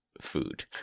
food